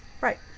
right